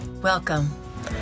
Welcome